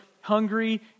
hungry